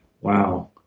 wow